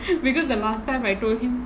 because the last time I told him